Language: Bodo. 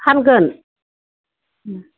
फानगोन